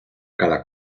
cap